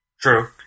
True